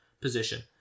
position